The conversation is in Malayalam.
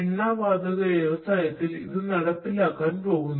എണ്ണ വാതക വ്യവസായത്തിൽ ഇത് നടപ്പിലാക്കാൻ പോകുന്നു